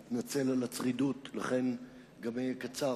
אני מתנצל על הצרידות ולכן אהיה קצר,